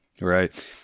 right